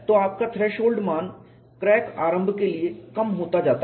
तो आपका थ्रेशोल्ड मान क्रैक आरंभ के लिए कम होता जाता है